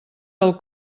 del